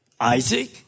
Isaac